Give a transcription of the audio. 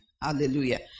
Hallelujah